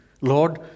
Lord